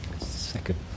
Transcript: Second